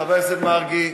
חבר הכנסת מרגי.